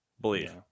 Believe